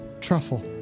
truffle